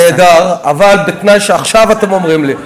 נהדר, אבל בתנאי שעכשיו אתם אומרים לי.